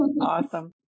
Awesome